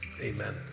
Amen